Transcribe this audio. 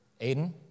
Aiden